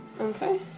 Okay